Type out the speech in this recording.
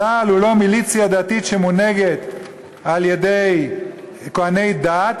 צה"ל הוא לא מיליציה דתית שמונהגת על-ידי כוהני דת,